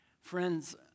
Friends